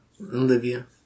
Olivia